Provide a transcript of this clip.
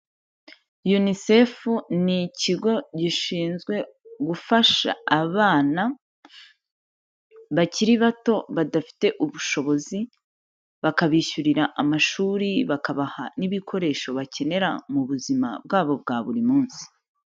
UNICEF ni ikigo gishinzwe gufasha abana bakiri bato badafite ubushobozi, bakabishyurira amashuri bakabaha n'ibikoresho bakenera mu buzima bwabo bwa buri munsi.